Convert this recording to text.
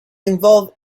involve